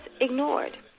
ignored